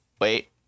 wait